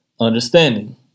understanding